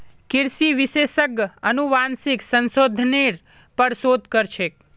कृषि विशेषज्ञ अनुवांशिक संशोधनेर पर शोध कर छेक